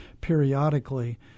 periodically